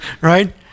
Right